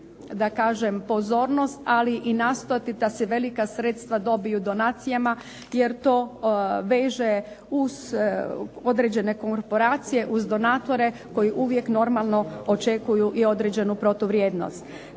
da kažem pozornost, ali i nastojati da se velika sredstva dobiju donacijama jer to veže uz određene korporacije, uz donatore koji uvijek normalno očekuju i određenu protuvrijednost.